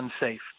unsafe